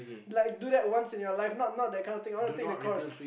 like do that once in your life not not that kind of thing I wanna take the course